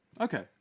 Okay